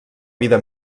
vida